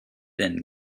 then